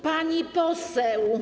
Pani poseł.